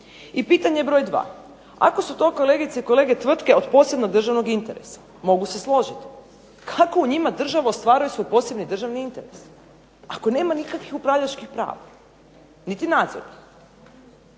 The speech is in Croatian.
I pitanje broj dva. Ako su to kolegice i kolege tvrtke od posebnog državnog interesa mogu se složiti kako u njima država ostvaruje svoj posebni državni interes? Ako nema nikakvih upravljačkih prava niti nadzornih.